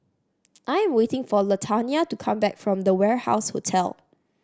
I'm waiting for Latanya to come back from The Warehouse Hotel